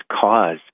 cause